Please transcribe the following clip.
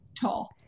tall